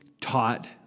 taught